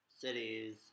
cities